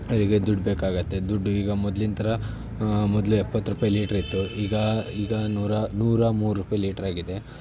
ಅವರಿಗೆ ದುಡ್ಡು ಬೇಕಾಗುತ್ತೆ ದುಡ್ಡು ಈಗ ಮೊದ್ಲಿನ ಥರ ಮೊದಲು ಎಪ್ಪತ್ತು ರೂಪಾಯಿ ಲೀಟ್ರ್ ಇತ್ತು ಈಗ ಈಗ ನೂರಾ ನೂರಾ ಮೂರು ರೂಪಾಯಿ ಲೀಟ್ರಾಗಿದೆ